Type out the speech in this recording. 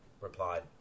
replied